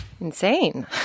insane